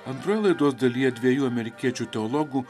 antroje laidos dalyje dviejų amerikiečių teologų